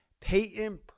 Peyton